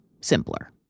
simpler